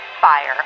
fire